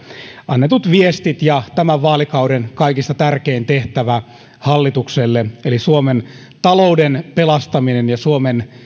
annetut viestit ja lupaukset ja tämän vaalikauden kaikista tärkein tehtävä hallitukselle eli suomen talouden pelastaminen ja suomen